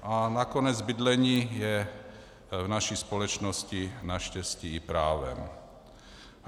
A nakonec bydlení je v naší společnosti naštěstí i právem.